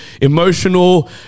emotional